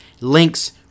links